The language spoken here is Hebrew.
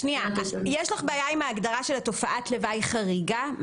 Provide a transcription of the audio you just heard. יש לך בעיה עם ההגדרה של תופעת לוואי חריגה?